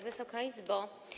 Wysoka Izbo!